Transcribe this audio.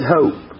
hope